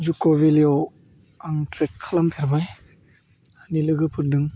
जुख भेलिआव आं ट्रेक खालामफेरबाय आंनि लोगोफोरदों